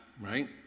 right